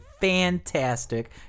fantastic